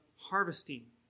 harvesting